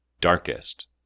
Darkest